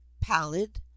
pallid